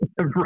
Right